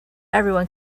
everyone